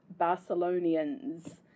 Barcelonians